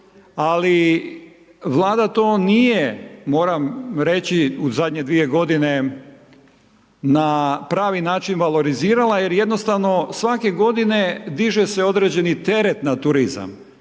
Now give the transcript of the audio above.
ali Vlada to nije, moram reći, u zadnje dvije godine, na pravi način valorizirala jer jednostavno svake godine diže se određeni teret na turizam,